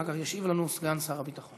אחר כך ישיב לנו סגן שר הביטחון.